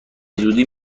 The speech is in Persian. زودی